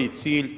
Prvi cilj